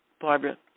Barbara